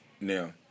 Now